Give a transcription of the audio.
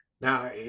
Now